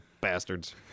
bastards